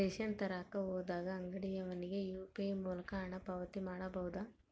Ration ತರಕ ಹೋದಾಗ ಅಂಗಡಿಯವನಿಗೆ ಯು.ಪಿ.ಐ ಮೂಲಕ ಹಣ ಪಾವತಿ ಮಾಡಬಹುದಾ?